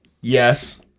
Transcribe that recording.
Yes